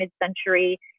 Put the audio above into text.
mid-century